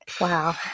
Wow